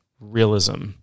realism